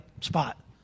spot